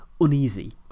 uneasy